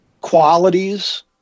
qualities